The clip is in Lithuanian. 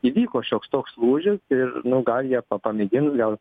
įvyko šioks toks lūžis ir nu gal jie pamėgins gal